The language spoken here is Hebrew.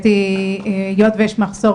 היות ויש מחסור,